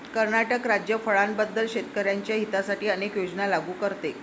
कर्नाटक राज्य फळांबद्दल शेतकर्यांच्या हितासाठी अनेक योजना लागू करते